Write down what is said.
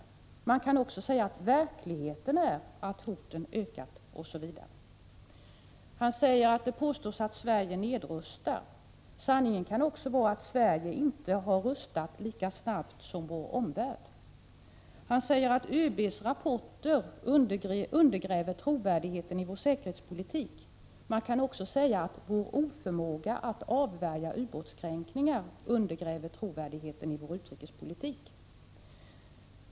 Man kan också säga att verkligheten är att hoten ökat, osv. Han säger att det påstås att Sverige nedrustar. Sanningen kan vara att Sverige inte har rustat lika snabbt som vår omvärld. Han säger att ÖB:s rapporter undergräver trovärdigheten i vår säkerhetspolitik. Man kan också säga att vår oförmåga att avvärja ubåtskränkningarna undergräver trovärdigheten i utrikespolitiken.